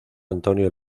antonio